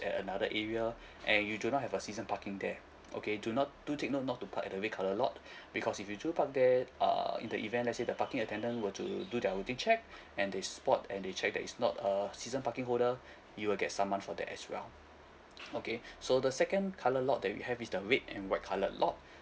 at another area and you do not have a season parking there okay do not do take note not to park at the red colour lot because if you do part there err in the event let's say the parking attendant were to do their routine check and they spot and they check that it's not a season parking holder you will get a saman for that as well okay so the second colour lot that we have is the red and white coloured lot